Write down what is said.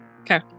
Okay